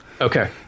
Okay